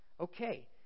Okay